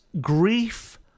grief